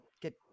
get